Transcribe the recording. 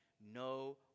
no